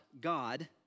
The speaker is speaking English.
God